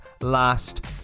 last